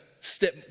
step